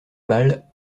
balle